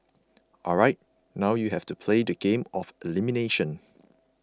alright now you have to play the game of elimination